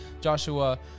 Joshua